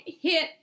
hit